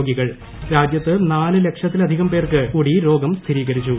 രോഗികൾ രാജ്യത്ത് നാല് ലക്ഷത്തിലധികം പേർക്ക് കൂടി രോഗം സ്ഥിരീകരിച്ചു